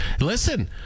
Listen